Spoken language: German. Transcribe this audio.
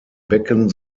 becken